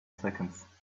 seconds